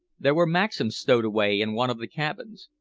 there were maxims stowed away in one of the cabins.